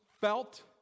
felt